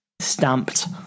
Stamped